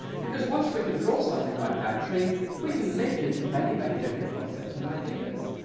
because once we can draw something like that tree we can link it to many, many different concepts and ideas.